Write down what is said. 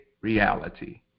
reality